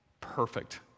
perfect